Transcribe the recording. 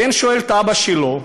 בן שואל את אבא שלו: